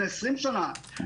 לפני עשרים שנה,